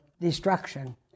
destruction